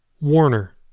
Warner